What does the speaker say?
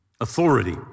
authority